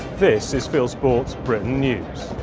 this is fieldsports britain news.